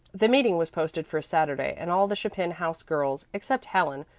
the meeting was posted for saturday, and all the chapin house girls, except helen,